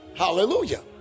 Hallelujah